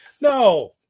No